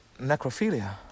Necrophilia